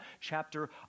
chapter